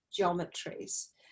geometries